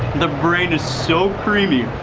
the brain is so creamy,